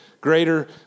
greater